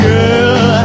Girl